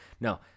No